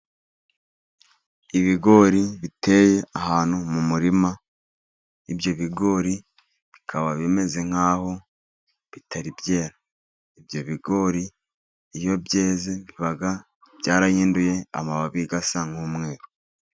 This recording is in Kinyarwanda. Ibigori biteye ahantu mu murima. Ibyo bigori bikaba bimeze nk'aho bitari byera, ibyo bigori iyo byeze, biba byarahinduye amababi asa nk'umweru.